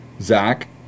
Zach